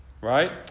Right